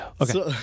Okay